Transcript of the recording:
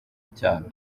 cyane